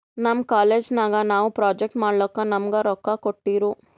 ನಮ್ ಕಾಲೇಜ್ ನಾಗ್ ನಾವು ಪ್ರೊಜೆಕ್ಟ್ ಮಾಡ್ಲಕ್ ನಮುಗಾ ರೊಕ್ಕಾ ಕೋಟ್ಟಿರು